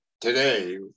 today